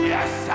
Yes